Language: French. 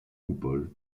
coupole